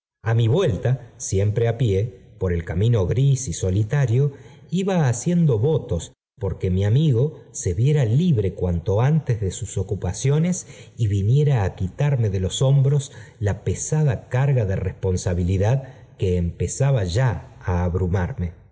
a mi vuelta siempre á pie por el camino gris y solitario iba haciendo votos por que mi amigo se viera libre buen to antes de sus ocupaciones y viniera á quitarme de los hombros la pesada carga de responsabilidad que empezaba ya á abismarme